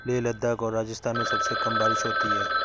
लेह लद्दाख और राजस्थान में सबसे कम बारिश होती है